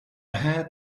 had